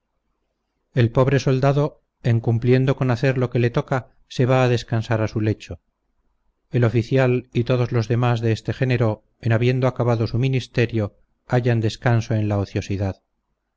el pobre soldado en cumpliendo con hacer lo que le toca se va a descansar a su lecho el oficial y todos los demás de este género en habiendo acabado su ministerio hallan descanso en la ociosidad